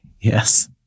Yes